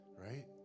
Right